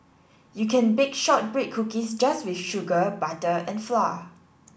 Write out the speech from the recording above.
you can bake shortbread cookies just with sugar butter and flour